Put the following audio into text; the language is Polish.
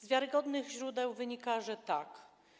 Z wiarygodnych źródeł wynika, że tak.